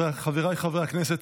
חבריי חברי הכנסת,